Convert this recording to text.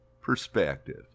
perspective